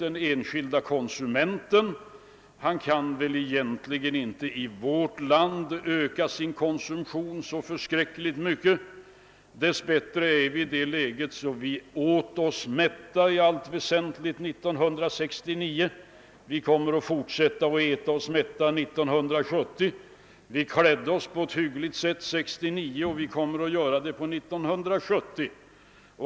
Den enskilde konsumenten i vårt land kan egentligen inte öka sin konsumtion särskilt mycket. Dess bättre kunde vi i regel äta oss mätta under 1969, och vi blir i stånd att göra det även under 1970. Vi klädde oss också hyggligt under 1969 och kommer att göra det också 1970.